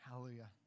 Hallelujah